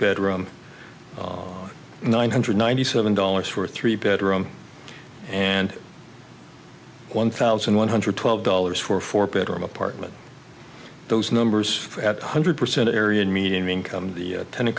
bedroom nine hundred ninety seven dollars for a three bedroom and one thousand one hundred twelve dollars for four bedroom apartment those numbers at one hundred percent area and median income the tenant